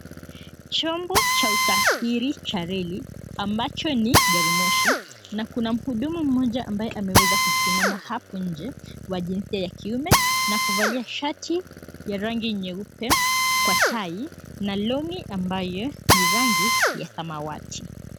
Chombo cha usafiri cha reli ambacho ni gari moshi na kuna mhudumu mmoja ambaye ameweza kusimama hapo njee wa jinsia ya kiume na kuvalia shati ya rangi nyeupe kwa tai na longi ambayo ni rangi ya samawati.